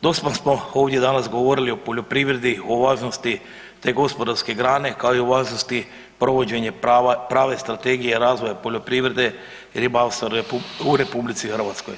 Dosta smo ovdje danas govorili o poljoprivredi, o važnosti te gospodarske grane kao i o važnosti provođenje prave strategije razvoja poljoprivrede u RH.